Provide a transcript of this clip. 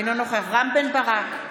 אינו נוכח רם בן ברק,